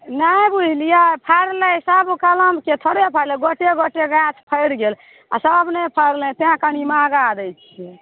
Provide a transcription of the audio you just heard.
नहि बुझलियै फड़लै सब कलम के थोड़े फड़लै गोटे गोटे गाछ फरि गेल आ सब नहि फड़लै तैं कनी महगा दै छियै